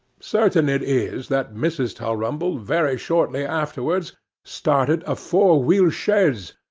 certain it is that mrs. tulrumble very shortly afterwards started a four-wheel chaise,